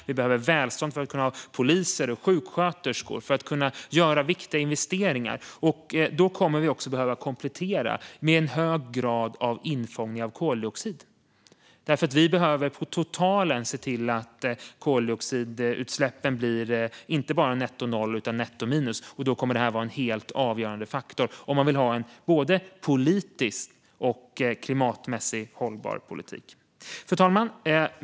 Vi behöver välstånd för att kunna ha poliser och sjuksköterskor och för att kunna göra viktiga investeringar. Då kommer vi också att behöva komplettera med en hög grad av infångning av koldioxid, för vi behöver se till att de totala koldioxidutsläppen blir inte bara netto noll utan netto minus. Då kommer detta att vara en helt avgörande faktor om man vill ha en både politiskt och klimatmässigt hållbar politik. Fru talman!